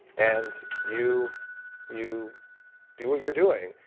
and you you do what you're doing.